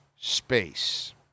space